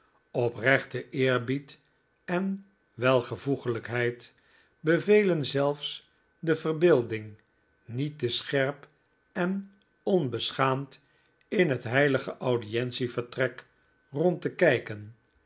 oprechte eerbied en welvoegelijkheid bevelen zelfs de verbeelding niet te scherp en onbeschaamd in het heilige audientievertrek rond te kijken